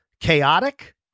chaotic